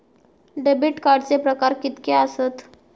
Debit कार्डचे प्रकार कीतके आसत?